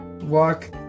walk